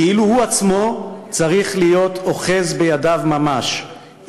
כאילו הוא עצמו צריך להיות אוחז בידיו ממש,